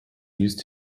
used